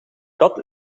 dat